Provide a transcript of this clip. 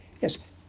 Yes